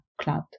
cloud